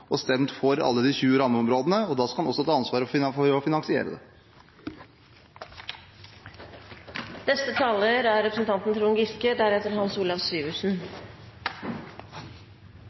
og som de har stemt for, alle de 20 rammeområdene, og da skal man også ta ansvaret for å finansiere det.